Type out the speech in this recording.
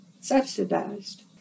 subsidized